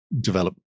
develop